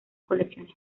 colecciones